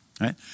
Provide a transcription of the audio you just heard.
right